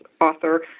author